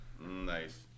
Nice